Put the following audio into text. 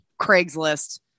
Craigslist